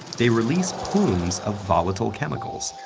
they release plumes of volatile chemicals.